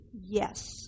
yes